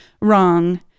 wrong